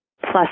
plus